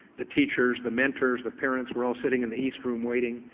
the teachers, the mentors, the parents, were all sitting in the east room waiting.